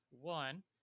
One